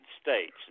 States